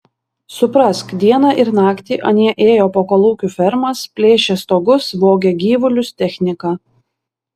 suprask dieną ir naktį anie ėjo po kolūkių fermas plėšė stogus vogė gyvulius techniką